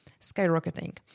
skyrocketing